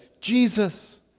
Jesus